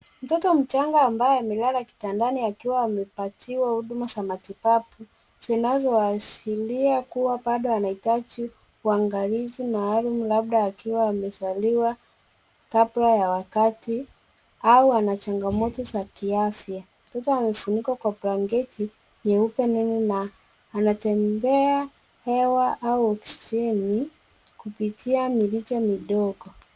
Mtoto mchanga ambaye amelala kitandani akiwa amepatiwa huduma za matibabu zinazoashiria kuwa bado anahitaji uangalizi mahali labda akiwa amezaliwa kabla ya wakati au ana changamoto za kiafya. Mtoto amefunikwa kwa blanketi nyeupe nene na anatembea hewa au oksijeni kupitia mirija midogo.